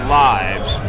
lives